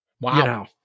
Wow